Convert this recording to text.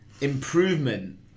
improvement